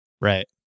Right